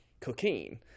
cocaine